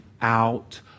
out